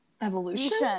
Evolution